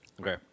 Okay